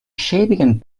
schäbigen